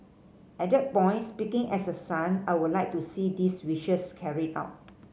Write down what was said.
at the point speaking as a son I would like to see these wishes carried out